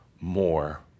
more